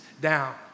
down